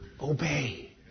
obey